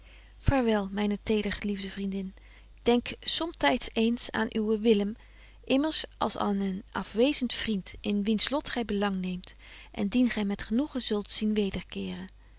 vaarwel myne tedergeliefde vriendin denk somtyds eens aan uwen willem immers als aan een afwezent vriend in wiens lot gy belang neemt en dien gy met genoegen zult zien